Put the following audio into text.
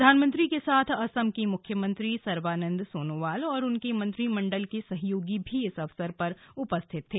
प्रधानमंत्री के साथ असम के मुख्यमंत्री सर्बानन्द सोनोवाल और उनके मंत्रिमंडल के सहयोगी भी इस अवसर पर उपस्थित थे